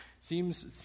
seems